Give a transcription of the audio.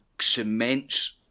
cements